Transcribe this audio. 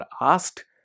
asked